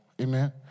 Amen